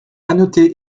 noter